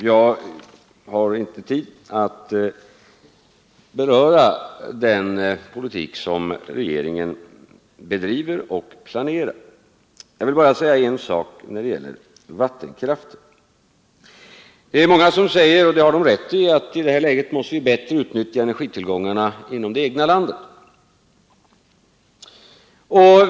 Jag har inte tid att nu beröra den politik regeringen bedriver och planerar. Jag vill bara säga en sak som gäller vattenkraften. Många säger — och däri har de rätt — att vi i det här läget bättre måste utnyttja energitillgångarna inom det egna landet.